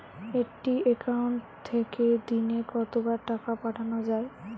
একটি একাউন্ট থেকে দিনে কতবার টাকা পাঠানো য়ায়?